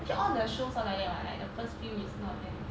actually all the shows all like what like the first few is not nice